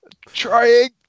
trying